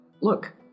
look